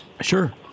Sure